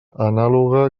anàloga